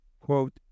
quote